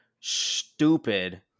stupid